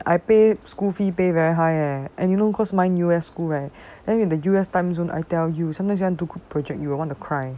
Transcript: not kidding eh I pay school fee pay very high eh and you know cause mine U_S school right then the U_S time zone I tell sometimes you want to do project you will want to cry